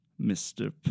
Mr